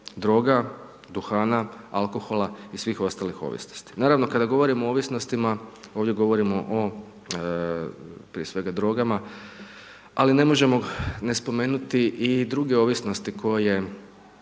droga, duhana, alkohola i svih ostalih ovisnosti. Naravno kada govorimo o ovisnostima, ovdje govorimo o prije svega drogama, ali ne možemo ne spomenuti i druge ovisnosti koje